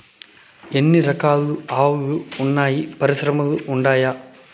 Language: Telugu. ఎన్ని రకాలు ఆవులు వున్నాయి పరిశ్రమలు ఉండాయా?